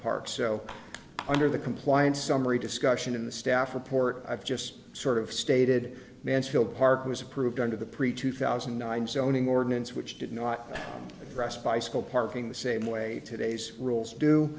park so under the compliance summary discussion in the staff report i've just sort of stated mansfield park was approved under the preach to thousand nine sone ordinance which did not address bicycle parking the same way todays rules do